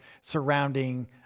surrounding